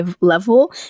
level